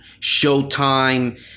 Showtime